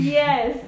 yes